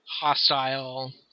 hostile